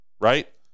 right